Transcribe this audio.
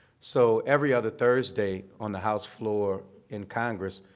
so every other thursday on the house floor in congress,